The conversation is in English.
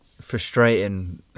frustrating